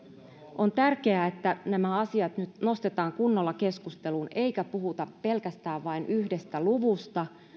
on tärkeää että nämä asiat nyt nostetaan kunnolla keskusteluun eikä puhuta pelkästään vain yhdestä luvusta